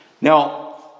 Now